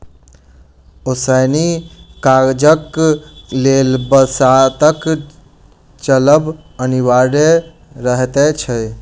ओसौनी काजक लेल बसातक चलब अनिवार्य रहैत अछि